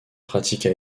pratiqua